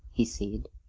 he said.